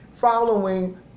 following